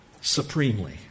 supremely